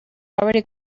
already